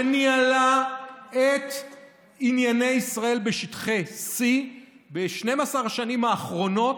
שניהלה את ענייני ישראל בשטחי C ב-12 השנים האחרונות.